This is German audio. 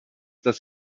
dass